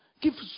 Give